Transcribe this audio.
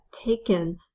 taken